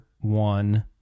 one